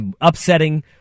upsetting